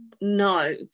no